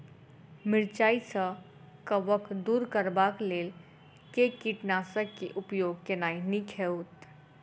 मिरचाई सँ कवक दूर करबाक लेल केँ कीटनासक केँ उपयोग केनाइ नीक होइत?